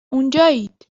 اونجایید